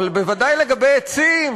אבל בוודאי לגבי עצים,